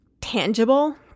tangible